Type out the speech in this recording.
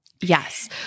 Yes